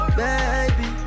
baby